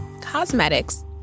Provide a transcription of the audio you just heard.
Cosmetics